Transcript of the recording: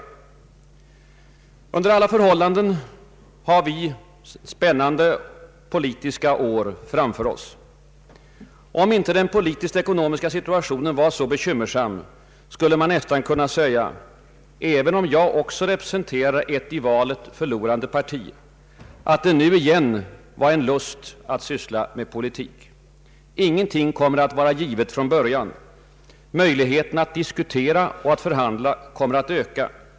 Vi har under alla förhållanden spännande politiska år framför oss. Om inte den politisk-ekonomiska situationen var så bekymmersam, skulle man nästan kunna säga — även om jag också representerar ett i valet förlorande parti — att det nu igen var en lust att syssla med politik. Ingenting kommer att vara givet från början. Möjligheterna att diskutera och förhandla kommer att öka.